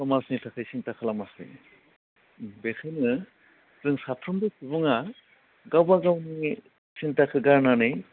समाजनि थाखाय सिन्था खालामाखै बेखोनो जों साफ्रोमबो सुबुंआ गावबा गावनि सिन्थाखौ गारनानै